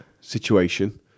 situation